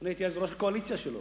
אני הייתי אז ראש הקואליציה שלו.